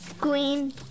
green